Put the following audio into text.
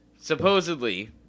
supposedly